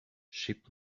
ship